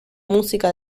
música